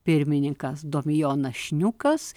pirmininkas domijonas šniukas